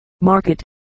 market